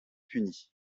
punis